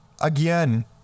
Again